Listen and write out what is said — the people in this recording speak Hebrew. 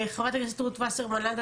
חברת הכנסת רות וסרמן לנדה,